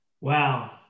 Wow